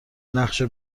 نقشه